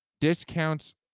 Discounts